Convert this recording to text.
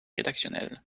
rédactionnel